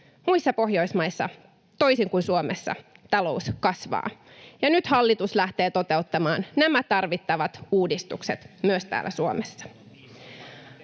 Muissa Pohjoismaissa, toisin kuin Suomessa, talous kasvaa, ja nyt hallitus lähtee toteuttamaan nämä tarvittavat uudistukset myös täällä Suomessa.